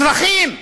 אזרחים.